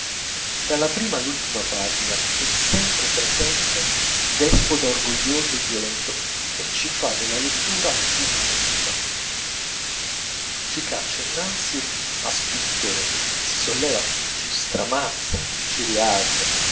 dalla prima all'ultima pagina è sempre presente despota orgoglioso e violento e ci fa della lettura una lotta ci caccia innanzi a spintoni ci solleva ci stramazza ci rialza